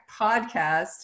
podcast